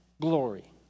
glory